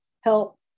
help